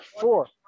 four